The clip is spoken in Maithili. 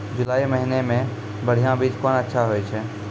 जुलाई महीने मे बढ़िया बीज कौन अच्छा होय छै?